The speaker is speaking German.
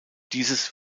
dieses